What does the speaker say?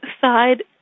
side